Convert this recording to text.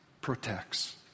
protects